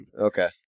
Okay